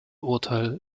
urteil